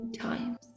times